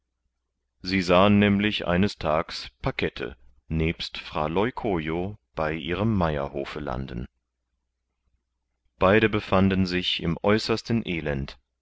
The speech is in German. sie sahen nämlich eines tags pakette nebst fra leucojo bei ihrem meierhofe landen beide befanden sich im äußersten elend